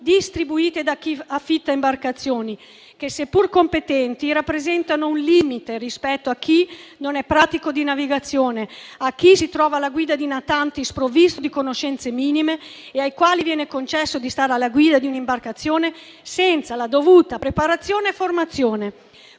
distribuite da chi affitta imbarcazioni, che seppur competenti rappresentano un limite rispetto a chi non è pratico di navigazione, a chi si trova alla guida di natanti sprovvisto di conoscenze minime e ai quali viene concesso di stare alla guida di un'imbarcazione senza la dovuta preparazione e formazione.